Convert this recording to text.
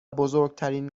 بزرگترین